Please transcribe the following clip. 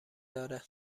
داره